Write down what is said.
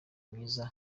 myiza